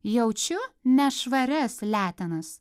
jaučiu nešvarias letenas